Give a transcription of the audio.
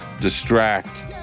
distract